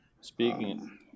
Speaking